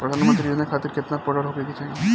प्रधानमंत्री योजना खातिर केतना पढ़ल होखे के होई?